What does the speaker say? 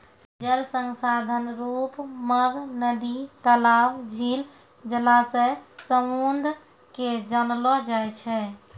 जल संसाधन रुप मग नदी, तलाब, झील, जलासय, समुन्द के जानलो जाय छै